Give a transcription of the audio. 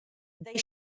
they